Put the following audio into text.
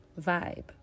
vibe